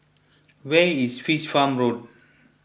where is Fish Farm Road